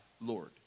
Lord